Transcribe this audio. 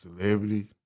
celebrity